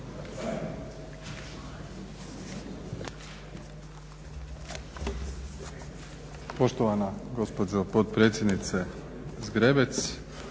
Zgrebec,